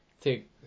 take